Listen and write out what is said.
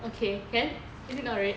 okay can is it not red